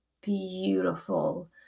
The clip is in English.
beautiful